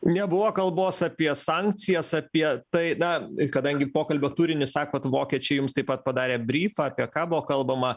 nebuvo kalbos apie sankcijas apie tai na kadangi pokalbio turinį sakot vokiečiai jums taip pat padarė bryfą apie ką buvo kalbama